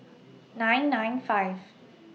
nine nine five